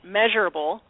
measurable